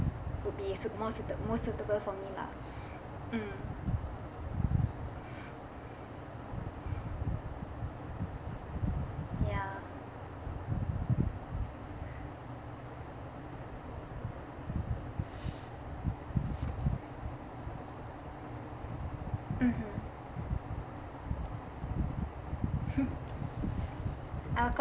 would be most sui~ most suitable for me lah mm ya mmhmm I'll